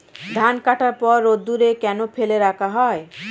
ধান কাটার পর রোদ্দুরে কেন ফেলে রাখা হয়?